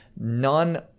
none